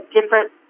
different